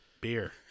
Beer